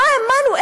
לא האמנו,